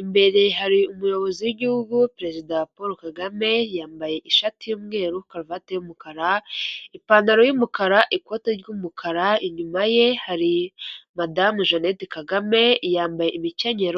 imbere hari umuyobozi w'igihugu perezida Paul Kagame, yambaye ishati y'umweru, karuvati y'umukara, ipantaro y'umukara, ikoti ry'umukara, inyuma ye hari madamu Jeannette Kagame, yambaye imikenyero.